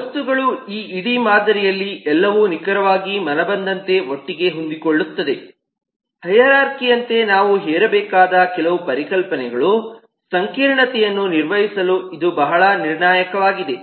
ವಸ್ತುಗಳ ಈ ಇಡೀ ಮಾದರಿಯಲ್ಲಿ ಎಲ್ಲವೂ ನಿಖರವಾಗಿ ಮನಬಂದಂತೆ ಒಟ್ಟಿಗೆ ಹೊಂದಿಕೊಳ್ಳುತ್ತವೆ ಹೈರಾರ್ಖಿಯಂತೆ ನಾವು ಹೇರಬೇಕಾದ ಕೆಲವು ಪರಿಕಲ್ಪನೆಗಳು ಸಂಕೀರ್ಣತೆಯನ್ನು ನಿರ್ವಹಿಸಲು ಇದು ಬಹಳ ನಿರ್ಣಾಯಕವಾಗಿದೆ